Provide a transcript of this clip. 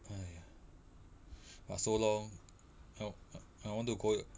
!aiya! but so long I I I want to go